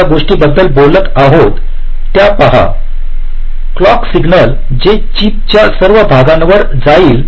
आपण ज्या गोष्टींबद्दल बोलत आहोत त्या पहा क्लॉक सिग्नल जे चिपच्या सर्व भागांवर जाईल